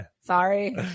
Sorry